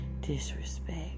disrespect